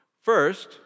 First